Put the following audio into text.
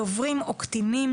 דוברים או קטינים,